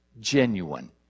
genuine